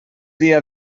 dia